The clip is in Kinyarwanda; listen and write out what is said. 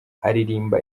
aririmba